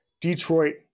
Detroit